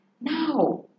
Now